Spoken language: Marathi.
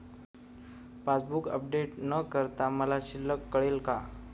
पासबूक अपडेट न करता मला शिल्लक कळेल का?